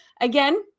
again